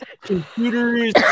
computers